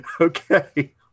Okay